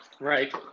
Right